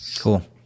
Cool